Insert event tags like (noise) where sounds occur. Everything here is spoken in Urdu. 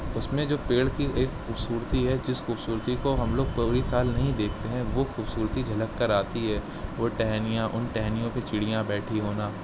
اس میں جو پیڑ کی ایک خوبصورتی ہے جس خوبصورتی کو ہم لوگ (unintelligible) سال نہیں دیکھتے ہیں وہ خوبصورتی جھلک کر آتی ہے وہ ٹہنیاں ان ٹہنیوں پہ چڑیاں بیٹھی ہونا